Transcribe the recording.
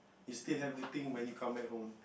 you still have think when you come back home